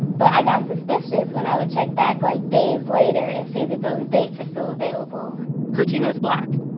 but i got suspicious when i would check back, like, days later and see that those dates were still available quirtina's black,